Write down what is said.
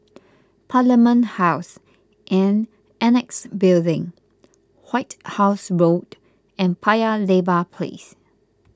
Parliament House and Annexe Building White House Road and Paya Lebar Place